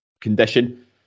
condition